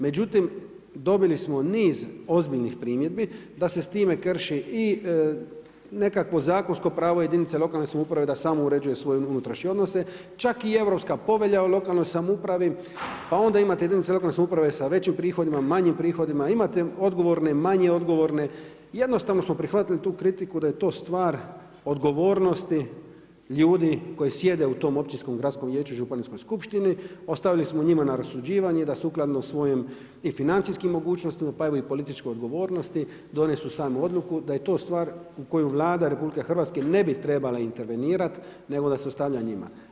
Međutim, dobili smo niz ozbiljnih primjedbi da se s time krši i nekakvo zakonsko pravo jedinice lokalne samouprave da sama uređuje svoje unutrašnje odnose, čak i Europska povelja o lokalnoj samoupravi, pa onda imate jedinice lokalne samouprave sa većim prihodima, manjim prihodima, imate odgovorne, manje odgovorne, jednostavno smo prihvatili tu kritiku da je to stvar odgovornosti ljudi koji sjede u tom općinskom, gradskom vijeću, županijskoj skupštini, ostavili smo njima na rasuđivanje da sukladno svojim i financijskom mogućnostima pa i političkoj odgovornosti, donesu samu odluku, da je to stvar u koju Vlada RH ne bi trebala intervenirati, nego da se ostavlja njima.